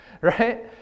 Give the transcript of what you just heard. Right